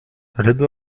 ryby